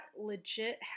legit